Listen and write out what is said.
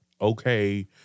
okay